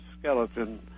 skeleton